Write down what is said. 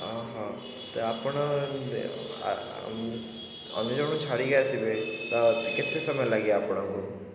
ଅହ ଆପଣ ଅନ୍ୟଜଣକୁ ଛାଡ଼ିକି ଆସିବେ କେତେ ସମୟ ଲାଗିବ ଆପଣଙ୍କୁ